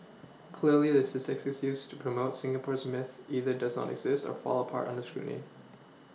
clearly the statistics used to promote Singapore's myth either does not exist or fall apart under scrutiny